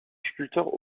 sculpteur